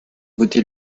votez